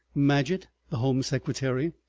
madgett, the home secretary,